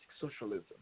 socialism